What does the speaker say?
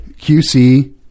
QC